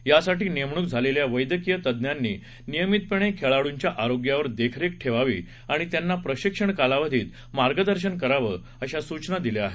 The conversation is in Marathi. यासाठी नेमणूक झालेल्या वैद्यकीय तज्ञांनी नियमितपणे खेळाडूंच्या आरोग्यावर देखरेख ठेवावी आणि त्यांना प्रशिक्षण कालावधीबाबत मार्गदर्शन करावं अशी सूचना दिली आहे